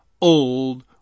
old